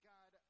God